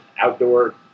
outdoor